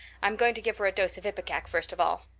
i'm going to give her a dose of ipecac first of all.